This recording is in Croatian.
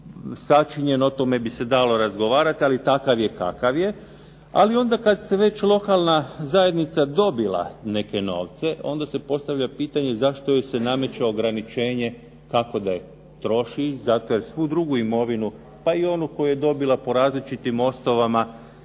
sačinjen? O tome bi se dalo razgovarati, ali takav je kakav je. Ali onda kada je već lokalna zajednica dobila neke novce, onda se postavlja pitanje zašto joj se nameće ograničenje kako da je troši, zato jer svu drugu imovinu, pa i onu koju je dobila po različitim osnovama